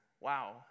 Wow